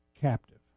captive